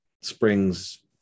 Springs